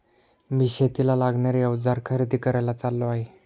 मी शेतीला लागणारे अवजार खरेदी करायला चाललो आहे